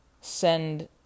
send